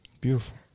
Beautiful